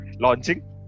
launching